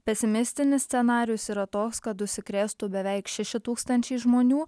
pesimistinis scenarijus yra toks kad užsikrėstų beveik šeši tūkstančiai žmonių